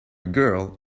girl